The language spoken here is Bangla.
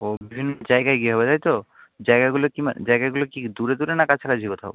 ও বিভিন্ন জায়গায় গিয়ে হবে তাই তো জায়গাগুলো কি জায়গাগুলো কি দূরে দূরে না কাছাকাছি কোথাও